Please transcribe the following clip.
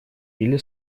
или